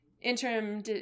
interim